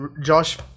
Josh